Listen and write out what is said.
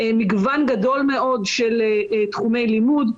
מגוון גדול מאוד של תחומי לימוד,